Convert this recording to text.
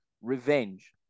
revenge